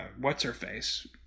what's-her-face